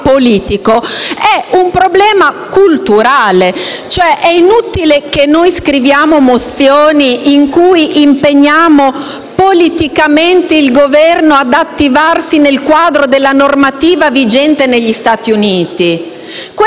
politico, è culturale. È inutile che scriviamo mozioni in cui impegniamo politicamente il Governo ad attivarsi nel quadro della normativa vigente negli Stati Uniti: